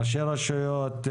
לראשי הרשויות,